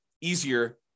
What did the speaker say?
easier